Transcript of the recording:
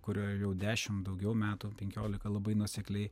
kurioj jau dešim daugiau metų penkiolika labai nuosekliai